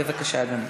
בבקשה, אדוני.